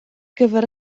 gyfer